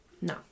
No